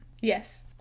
Yes